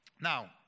Now